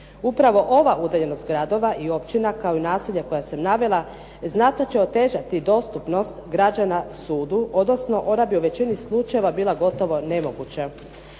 Upravo ova udaljenost gradova i općina kao i naselja koja sam navela znatno će otežati dostupnost građana sudu, odnosno ona bi u većini slučajeva bila gotovo nemoguća.